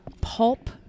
Pulp